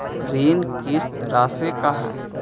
ऋण किस्त रासि का हई?